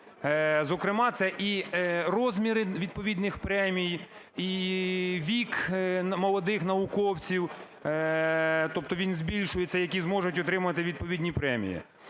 Зокрема це і розміри відповідних премій, і вік молодих науковців, тобто він збільшується, які зможуть отримати відповідні премії.